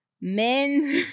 Men